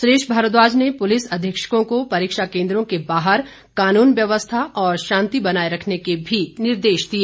सुरेश भारद्वाज ने पुलिस अधीक्षकों को परीक्षा केन्द्रों के बाहर कानून व्यवस्था और शांति बनाए रखने के भी निर्देश दिए